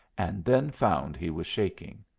and then found he was shaking.